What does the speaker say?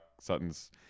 sutton's